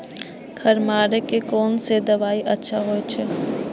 खर मारे के कोन से दवाई अच्छा होय छे?